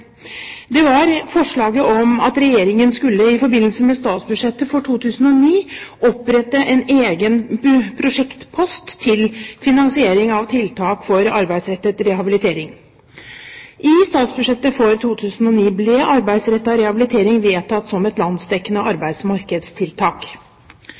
Det var forslaget om at Regjeringen i forbindelse med statsbudsjettet for 2009 skulle opprette en egen prosjektpost til finansiering av tiltak for arbeidsrettet rehabilitering. I statsbudsjettet for 2009 ble arbeidsrettet rehabilitering vedtatt som et landsdekkende